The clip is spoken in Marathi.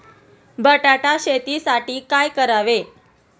बटाटा शेतीसाठी काय करावे?